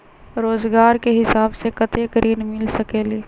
रोजगार के हिसाब से कतेक ऋण मिल सकेलि?